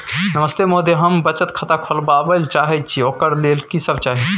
नमस्ते महोदय, हम बचत खाता खोलवाबै चाहे छिये, ओकर लेल की सब चाही?